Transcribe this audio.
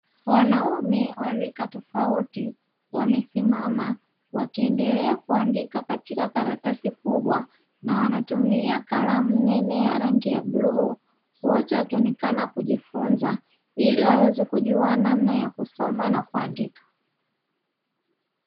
Wanaume wa rika tofauti wamesimama wakiendelea kuandika katika karatasi kubwa na wanatumia kalamu nene ya rangi ya bluu, wote wakionekana kujifunza ili waweze kujua namna ya kusoma na kuandika.